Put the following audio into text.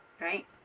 Right